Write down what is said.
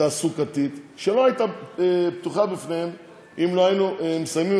תעסוקתית שלא הייתה פתוחה בפניהם אם לא היינו מסיימים